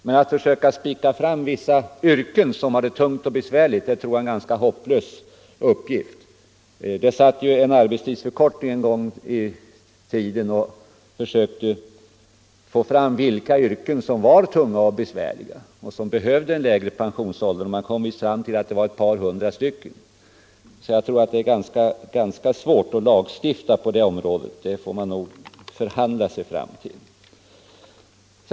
Men att försöka bestämma vilka yrken som har det tungt och besvärligt är en ganska hopplös uppgift. Det fanns en arbetstidsutredning en gång i tiden som försökte få fram vilka yrken som var tunga och besvärliga och som skulle berättiga till en lägre pensionsålder och man kom fram till att det var ett par hundra yrken. Jag tror alltså att det är svårt att lagstifta på det området. Det får man nog förhandla sig fram till. Herr talman!